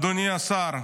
אדוני השר,